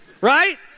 Right